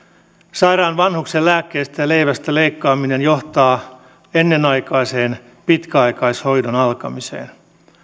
sairaan vanhuksen lääkkeistä ja leivästä leikkaaminen johtaa ennenaikaiseen pitkäaikaishoidon alkamiseen